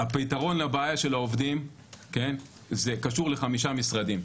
הפתרון לבעיה של העובדים קשור לחמישה משרדים,